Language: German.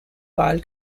wahl